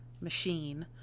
machine